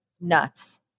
nuts